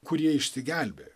kurie išsigelbėjo